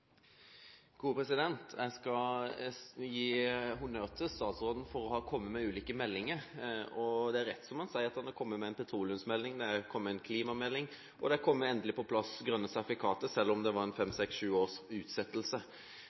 Jeg skal gi honnør til statsråden for å ha kommet med ulike meldinger, og det er rett som han sier, han har kommet med en petroleumsmelding, det er kommet en klimamelding, og grønne sertifikater har endelig kommet på plass, selv om det var